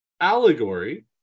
allegory